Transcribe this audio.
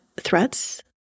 threats